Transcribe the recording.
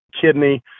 kidney